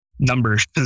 numbers